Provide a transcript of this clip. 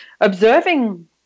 observing